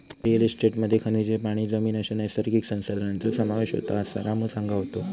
real इस्टेटमध्ये खनिजे, पाणी, जमीन अश्या नैसर्गिक संसाधनांचो समावेश होता, असा रामू सांगा होतो